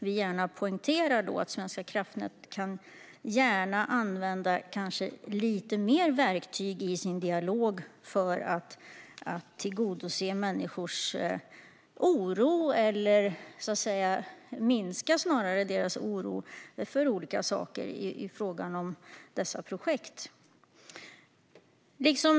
Vi poängterar också att Svenska kraftnät gärna kan använda lite fler verktyg i sin dialog, för att minska människors oro över olika saker i fråga om dessa projekt.